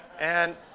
and